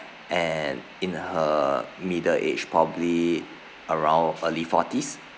and in her middle age probably around early forties